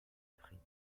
sprint